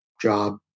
Job